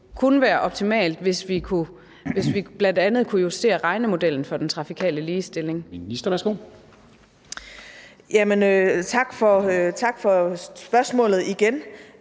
kunne være optimalt, hvis vi bl.a. kunne justere regnemodellen for den trafikale ligestilling. Kl. 13:11 Formanden